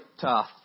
tough